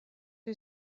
who